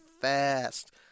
fast